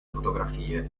fotografie